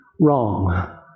Wrong